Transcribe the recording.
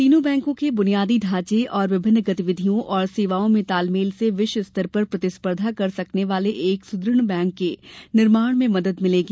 तीनों बैंकों के बुनियादी ढांचे और विभिन्न गतिविधियों और सेवाओं में तालमेल से विश्वस्तर पर प्रतिस्पर्धा कर सकने वाले एक सुदृढ़ बैंक के निर्माण में मदद मिलेगी